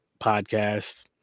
podcast